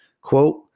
Quote